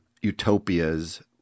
utopias